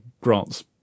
grant's